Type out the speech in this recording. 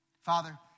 Father